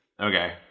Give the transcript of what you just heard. Okay